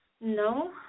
No